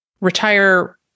retire